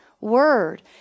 word